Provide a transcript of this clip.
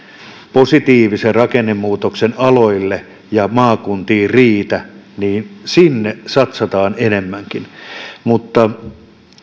positiivisen rakennemuutoksen aloille ja maakuntiin niin että sinne satsataan enemmänkin